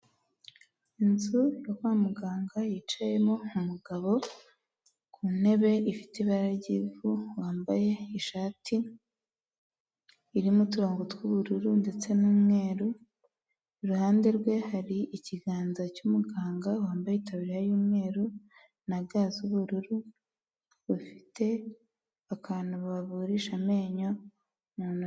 Inzu yo kwa muganga yicayemo umugabo ku ntebe ifite ibara ry'ivu, wambaye ishati irimo uturongo tw’ubururu ndetse n'umweru, iruhande rwe har’ikiganza cy’umuganga wambaye itaburiya y’umweru na ga z’ubururu, bafite akantu bavurisha amenyo mu ntoki.